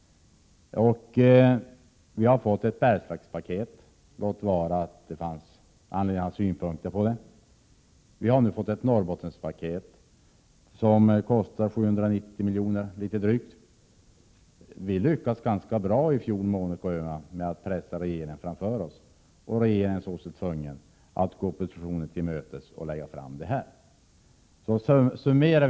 Det har kommit ett Bergslagspaket — låt vara att det fanns anledning att ha synpunkter på det — och nu har det kommit ett Norrbottenspaket, som kostar drygt 790 milj.kr. Vi lyckades ganska bra i fjol, Monica Öhman, med att pressa regeringen, som såg sig tvungen att gå oppositionen till mötes och lägga fram detta förslag.